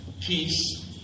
Peace